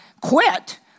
quit